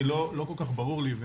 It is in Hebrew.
לא כל כך ברור לי,